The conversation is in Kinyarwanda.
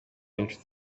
n’inshuti